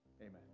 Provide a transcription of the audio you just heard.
Amen